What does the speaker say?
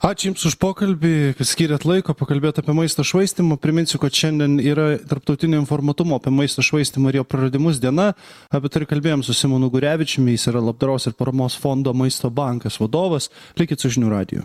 ačiū jums už pokalbį kad skyrėt laiko pakalbėt apie maisto švaistymą priminsiu kad šiandien yra tarptautinio informuotumo apie maisto švaistymą ir jo praradimus diena apie tai ir kalbėjom su simonu gurevičiumi jis yra labdaros ir paramos fondo maisto bankas vadovas likit su žinių radiju